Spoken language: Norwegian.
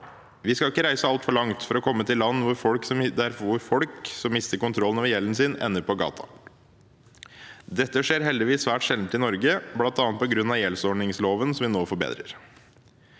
Vi skal ikke reise altfor langt for å komme til land der folk som mister kontrollen over gjelden sin, ender på gaten. Dette skjer heldigvis svært sjelden i Norge, bl.a. på grunn av gjeldsordningsloven som vi nå forbedrer.